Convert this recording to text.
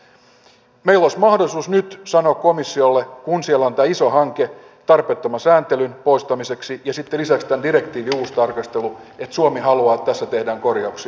meillä olisi mahdollisuus nyt sanoa komissiolle kun siellä on tämä iso hanke tarpeettoman sääntelyn poistamiseksi ja lisäksi tämän direktiivin uusi tarkastelu että suomi haluaa että tässä tehdään korjauksia